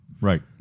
Right